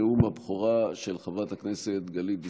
נאום הבכורה של חברת הכנסת גלית דיסטל.